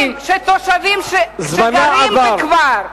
תושבים שגרים בכפר,